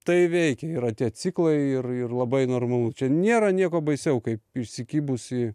tai veikia yra tie ciklai ir ir labai normalu čia nėra nieko baisiau kaip įsikibus į